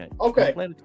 okay